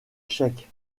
tchèque